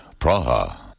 Praha